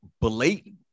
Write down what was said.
blatant